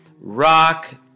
rock